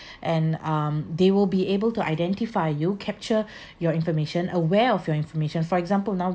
and um they will be able to identify you capture your information aware of your information for example now